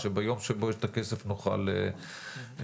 שביום שיהיה את הכסף נוכל לשבת.